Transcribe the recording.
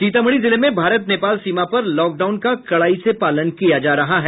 सीतामढ़ी जिले में भारत नेपाल सीमा पर लॉकडाउन का कड़ाई से पालन किया जा रहा है